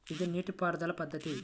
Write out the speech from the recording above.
ఇది నీటిపారుదల పద్ధతి